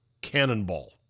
cannonball